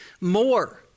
more